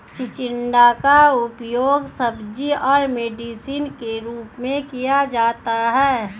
चिचिण्डा का उपयोग सब्जी और मेडिसिन के रूप में किया जाता है